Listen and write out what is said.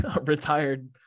retired